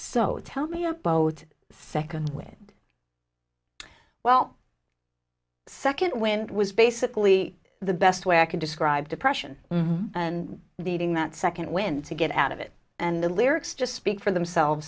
so tell me a boat second when well second wind was basically the best way i could describe depression and beating that second wind to get out of it and the lyrics just speak for themselves